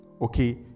okay